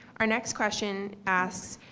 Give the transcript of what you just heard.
our next question asks,